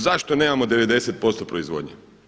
Zašto nemamo 90% proizvodnje?